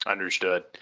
Understood